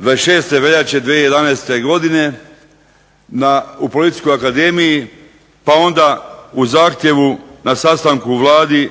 26. veljače 2011. godine u Policijskoj akademiji pa onda u zahtjevu na sastanku u Vladi